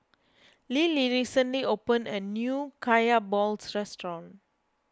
Lillie recently opened a new Kaya Balls restaurant